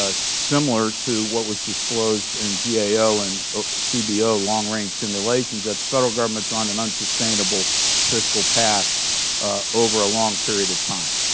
ah similar to what was disclosed in gao and cbo long-range simulations, that the federal government on an unsustainable fiscal path over a long period of time.